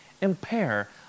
Impair